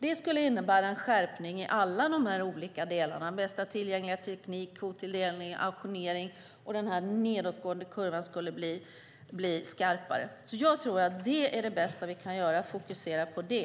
Det skulle innebära en skärpning i alla de här olika delarna - bästa tillgängliga teknik, kvottilldelning och auktionering - och den nedåtgående kurvan skulle bli skarpare. Jag tror att det bästa vi kan göra är att fokusera på det.